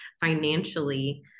financially